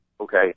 okay